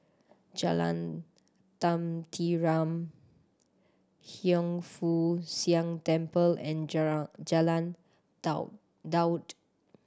Jalan Tenteram Hiang Foo Siang Temple and Jalan Daud